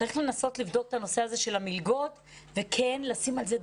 צריך לנסות לבדוק את הנושא של המלגות ולשים על זה דגש.